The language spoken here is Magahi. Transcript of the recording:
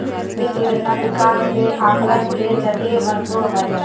वित्त योजना विकास के आकलन के जटिल बनबो हइ